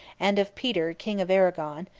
and of peter king of arragon,